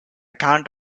can’t